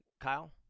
Kyle